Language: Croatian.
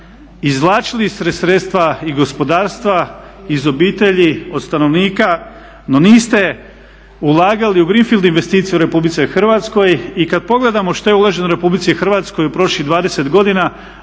izvlačili ste sredstva iz gospodarstva iz obitelji od stanovnika no niste ulagali u greenfield investicije u RH. I kada pogledamo što je uloženo u RH u prošlih 20 godina